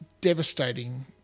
devastating